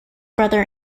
brother